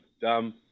dumb